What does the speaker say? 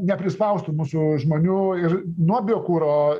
neprispaustų mažos žmonių ir nuo biokuro